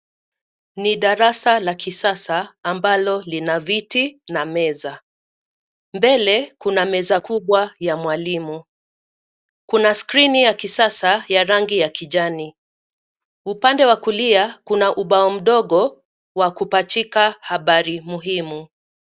Ni darasa la kisasa ambalo lina viti na meza. Mbele, kuna meza kubwa ya mwalimu. Kuna skrini ya kisasa ya rangi ya kijani. Upande wa kulia kuna ubao mdogo wa kupachika habari muhimu.